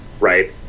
right